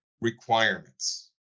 requirements